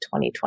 2020